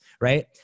Right